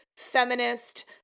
feminist